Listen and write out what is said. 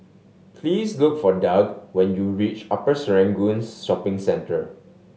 please look for Doug when you reach Upper Serangoon Shopping Centre